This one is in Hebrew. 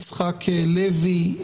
יצחק לוי,